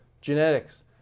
genetics